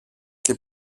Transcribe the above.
και